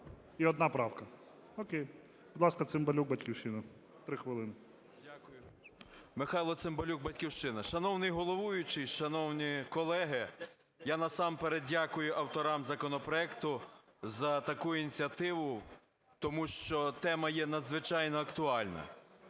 І одна правка. О'кей. Будь ласка, Цимбалюк, "Батьківщина", 3 хвилини. 14:32:12 ЦИМБАЛЮК М.М. Дякую. Михайло Цимбалюк, "Батьківщина". Шановний головуючий, шановні колеги, я насамперед дякую авторам законопроекту за таку ініціативу, тому що тема є надзвичайно актуальна.